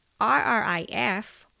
RRIF